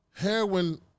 Heroin